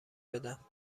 بدم